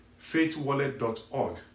faithwallet.org